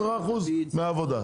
10% מהעבודה.